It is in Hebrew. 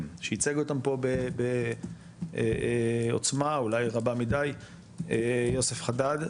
שייצג אותם פה בעוצמה אולי רבה מדי יוסף חדאד,